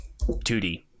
2d